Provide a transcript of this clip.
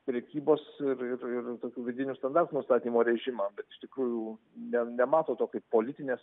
prekybos ir ir tokių vidinių standartų nustatymo režimą bet iš tikrųjų ne nemato to kaip politinės